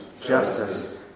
justice